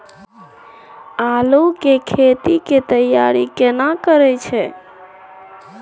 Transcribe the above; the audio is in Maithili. आलू के खेती के तैयारी केना करै छै?